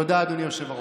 תודה, אדוני היושב-ראש.